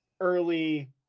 early